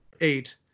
eight